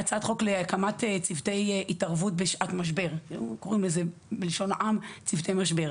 להקמת צוותי התערבות בשעת משבר קוראים לזה בלשון העם צוותי משבר.